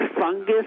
fungus